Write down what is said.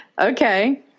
Okay